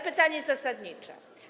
Pytania zasadnicze.